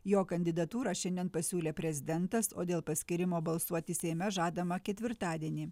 jo kandidatūrą šiandien pasiūlė prezidentas o dėl paskyrimo balsuoti seime žadama ketvirtadienį